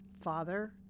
Father